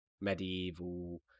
Medieval